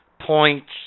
points